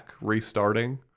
restarting